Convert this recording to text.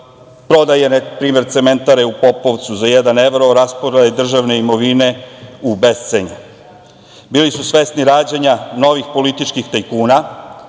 promena, prodaje cementare u Popovcu za jedan evro, rasprodaje državne imovine u bescenje. Bili su svesni rađanja novih političkih tajkuna,